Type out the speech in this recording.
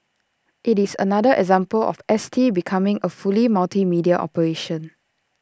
IT is another example of S T becoming A fully multimedia operation